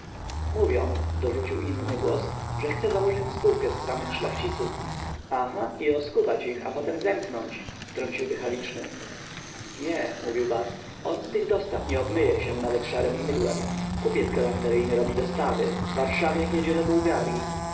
mówią dorzucił inny głos że chce założyć spółkę z samych szlachciców aha i oskubać ich a potem zemknąć wtrącił dychawiczny nie mówił bas on z tych dostaw nie obmyje się nawet szarem mydłem kupiec galanteryjny robi dostawy warszawiak jedzie do bułgaryi